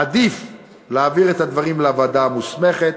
עדיף להעביר את הדברים לוועדה המוסמכת